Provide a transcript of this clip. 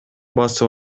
басып